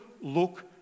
look